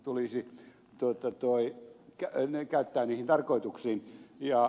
tulisi käyttää öljypalmuplantaasitarkoituksiin